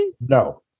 No